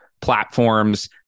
platforms